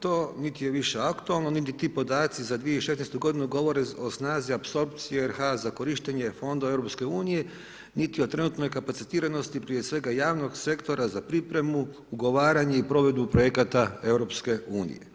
To niti je više aktualno, niti ti podaci za 2016. godinu govore o snazi apsorpcije RH za korištenje fondova EU, niti o trenutnoj kapacitiranosti prije svega javnog sektora za pripremu, ugovaranje i provedbu projekata EU.